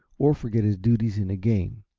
or forget his duties in a game.